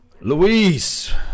Luis